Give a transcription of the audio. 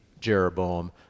Jeroboam